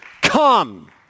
come